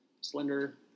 Slender